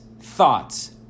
thoughts